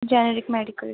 generic medical